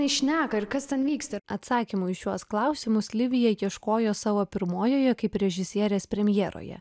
tai šneka ir kas ten vyksta atsakymų į šiuos klausimus livija ieškojo savo pirmojoje kaip režisierės premjeroje